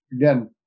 again